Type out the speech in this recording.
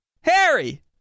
Harry